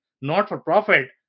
Not-for-profit